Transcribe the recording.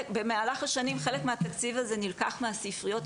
במהלך השנים חלק מהתקציב הזה נלקח מהספריות,